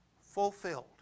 fulfilled